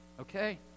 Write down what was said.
Okay